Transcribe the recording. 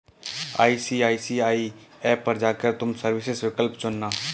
ICICI app पर जा कर तुम सर्विसेस विकल्प चुनना